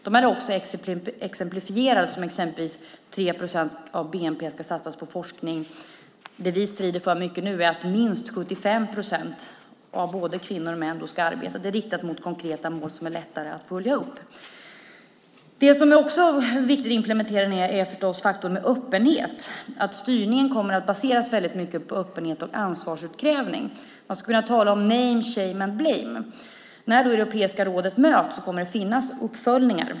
De är också exemplifierade som att 3 procent av bnp ska satsas på forskning. Det vi strider för mycket nu är att minst 75 procent av både kvinnor och män ska arbeta. Det är riktat mot konkreta mål som är lättare att följa upp. Det som också är viktigt med implementering är faktorn öppenhet, att styrningen kommer att baseras mycket på öppenhet och ansvarsutkrävning. Man skulle kunna tala om name, shame and blame. När Europeiska rådet möts kommer det att finnas uppföljningar.